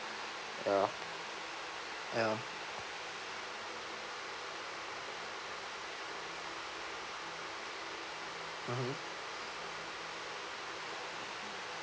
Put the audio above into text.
ya ya mmhmm